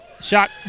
Shot